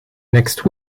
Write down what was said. next